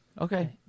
Okay